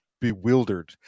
bewildered